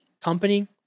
company